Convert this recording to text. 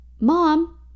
Mom